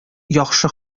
яхшы